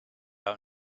out